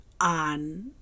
on